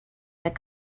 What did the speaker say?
that